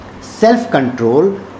self-control